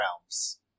realms